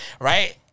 right